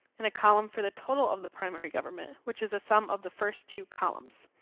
in a column for the total of the primary government which is a sum of the first two columns.